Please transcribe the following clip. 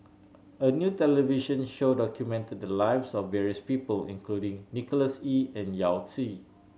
a new television show documented the lives of various people including Nicholas Ee and Yao Zi